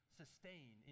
sustain